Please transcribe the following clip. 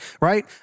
right